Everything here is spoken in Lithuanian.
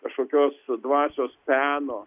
kažkokios dvasios peno